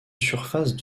surface